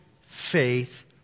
faith